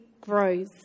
grows